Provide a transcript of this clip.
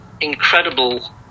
incredible